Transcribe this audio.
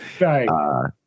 Right